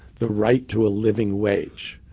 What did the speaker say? the right to a living wage,